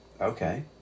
Okay